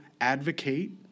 advocate